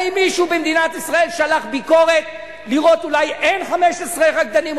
האם מישהו במדינת ישראל שלח ביקורת לראות אולי אין 15 רקדנים,